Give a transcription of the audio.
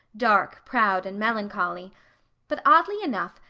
dark, proud, and melancholy but oddly enough,